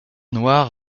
noir